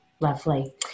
Lovely